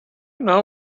know